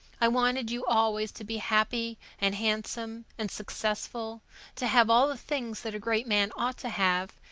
i wanted you always to be happy and handsome and successful to have all the things that a great man ought to have,